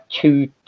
two